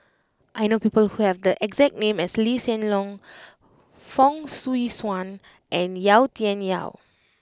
I know people who have the exact name as Lee Hsien Loong Fong Swee Suan and Yau Tian Yau